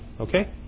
okay